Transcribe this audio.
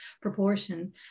proportion